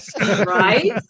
Right